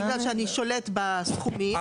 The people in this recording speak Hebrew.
בגלל שאני שולט בסכומים,